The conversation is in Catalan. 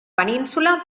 península